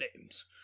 names